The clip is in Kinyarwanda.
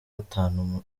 gatanu